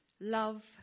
love